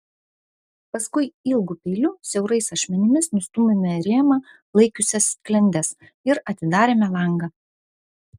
paskui ilgu peiliu siaurais ašmenimis nustūmėme rėmą laikiusias sklendes ir atidarėme langą